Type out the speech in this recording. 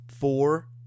four